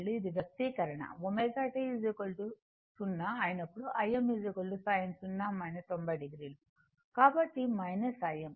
ఇది వ్యక్తీకరణ ω t 0 అయినప్పుడు Im sin 0 90 o కాబట్టి Im